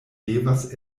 devas